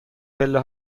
پله